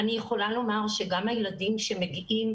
אני יכולה לומר שגם הילדים שמגיעים,